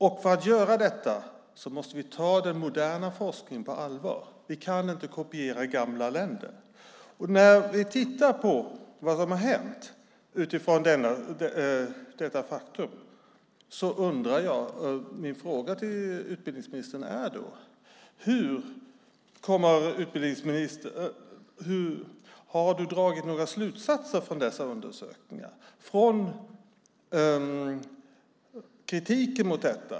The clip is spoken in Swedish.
Därför måste vi ta den moderna forskningen på allvar. Vi kan inte kopiera gamla länder. När vi tittar på vad som har hänt utifrån detta faktum blir mina frågor till utbildningsministern: Har du dragit några slutsatser av dessa undersökningar?